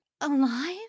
alive